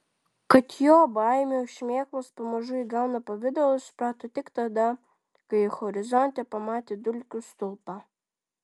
kad jo baimių šmėklos pamažu įgauna pavidalą suprato tik tada kai horizonte pamatė dulkių stulpą